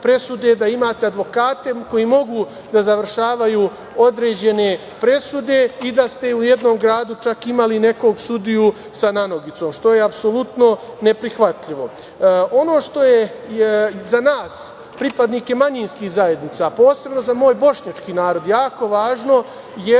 da imate advokate koji mogu da završavaju određene presude i da ste u jednom gradu čak imali nekog sudiju sa nanogicom, što je apsolutno neprihvatljivo. Ono što je za nas, pripadnike manjinskih zajednica, posebno za moj bošnjački narod, jako važno jeste